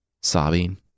Sobbing